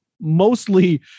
mostly